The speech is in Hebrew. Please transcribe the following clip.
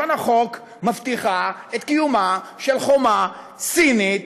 לשון החוק מבטיח את קיומה של חומה סינית